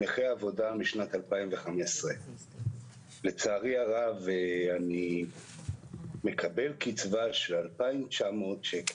נכה עבודה משנת 2015. לצערי הרב אני מקבל קצבה של 2,900 שקלים.